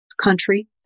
country